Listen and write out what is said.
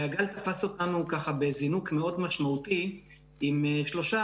והגל תפס אותנו ככה בזינוק מאוד משמעותי עם שלושה,